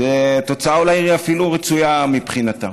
זו אולי אפילו תוצאה רצויה מבחינתם.